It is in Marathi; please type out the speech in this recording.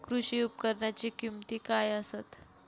कृषी उपकरणाची किमती काय आसत?